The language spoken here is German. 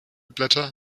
blätter